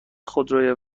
خودروی